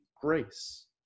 grace